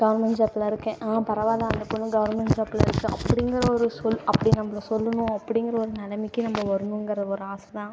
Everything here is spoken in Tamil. கவர்மெண்ட் ஜாபில் இருக்கேன் ஆ பரவாயில்ல அந்த பெண்ணு கவர்மெண்ட் ஜாபில் இருக்காள் அப்படிங்கிற ஒரு சொல் அப்படி நம்பளை சொல்லணும் அப்படிங்கிற ஒரு நிலமைக்கி நம்ப வரணுங்கிற ஒரு ஆசை தான்